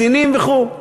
קצינים וכו'.